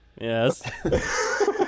Yes